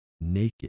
naked